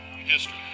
history